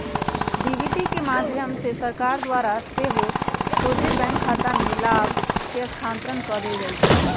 DBT के माध्यम से सरकार द्वारा सेहो सोझे बैंक खतामें लाभ के स्थानान्तरण कऽ देल जाइ छै